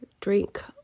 drink